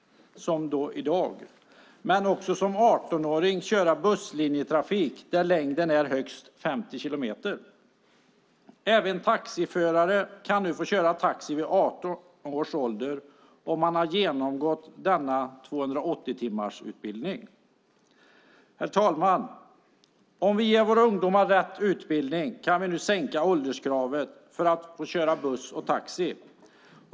Som 18-åring får man också köra busslinjetrafik där linjens längd är högst 50 kilometer. Man kan även få köra taxi vid 18 års ålder om man har genomgått denna 280-timmarsutbildning. Herr talman! Om vi ger våra ungdomar rätt utbildning kan vi nu sänka ålderskravet för att få köra buss och taxi.